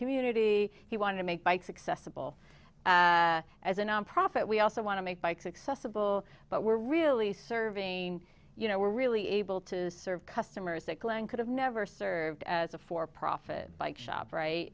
community he wanted to make bike successful as a nonprofit we also want to make bikes accessible but we're really serving you know we're really able to serve customers that glenn could have never served as a for profit bike shop right